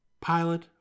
Pilot